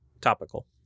topical